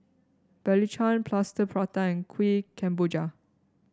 Belacan Plaster Prata and Kuih Kemboja